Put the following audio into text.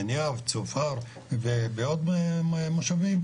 כמו עין יהב וצופר ובעוד מושבים,